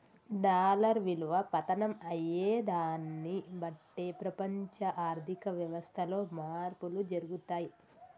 dollar విలువ పతనం అయ్యేదాన్ని బట్టే ప్రపంచ ఆర్ధిక వ్యవస్థలో మార్పులు జరుగుతయి